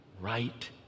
right